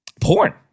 porn